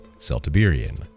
Celtiberian